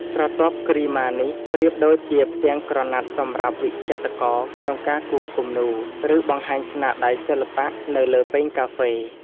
ស្រទាប់គ្រីម៉ានេះប្រៀបដូចជាផ្ទាំងក្រណាត់សម្រាប់វិចិត្រករក្នុងការគូរគំនូរ ឬបង្ហាញស្នាដៃសិល្បៈនៅលើពែងកាហ្វេ។